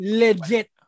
legit